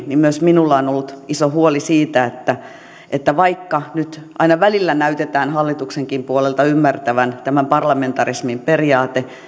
myös minulla on ollut iso huoli siitä mikä edellisessä puheenvuorossa valitettavasti kävi ilmi että vaikka nyt aina välillä näytetään hallituksenkin puolelta ymmärtävän tämä parlamentarismin periaate